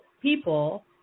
people